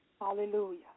Hallelujah